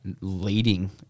leading